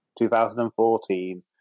2014